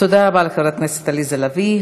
תודה רבה לחברת הכנסת עליזה לביא.